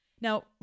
Now